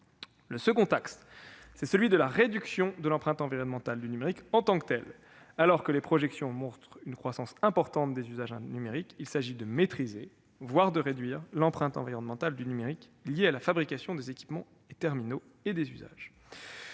Le second axe, c'est la réduction de l'empreinte environnementale du numérique en tant que telle. Alors que les projections montrent une croissance importante des usages numériques, il s'agit de maîtriser, voire de réduire, l'empreinte environnementale du numérique, liée à la fabrication des équipements et terminaux et aux usages.